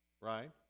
right